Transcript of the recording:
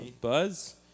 Buzz